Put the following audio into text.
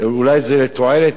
אולי זה לתועלת,